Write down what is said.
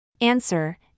Answer